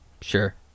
Sure